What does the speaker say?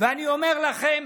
ואני אומר לכם: